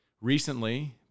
recently